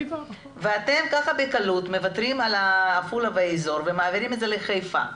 ואתם ככה בקלות מוותרים על עפולה ואזור ומעבירים את זה לחיפה.